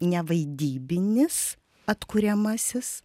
ne vaidybinis atkuriamasis